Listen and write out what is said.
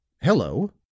hello